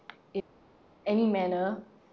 in any manner